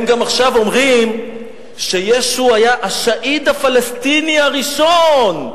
הם גם עכשיו אומרים שישו היה השהיד הפלסטיני הראשון.